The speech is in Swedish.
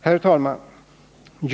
Herr talman!